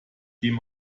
dem